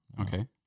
Okay